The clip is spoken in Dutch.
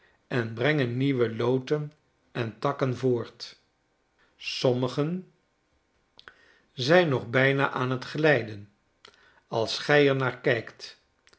en brengen nieuwe loten en takken voort sommigen zijn nog bijna aan t glijden als gi er naar kijkt